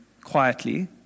quietly